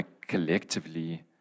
collectively